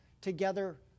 together